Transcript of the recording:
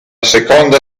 seconda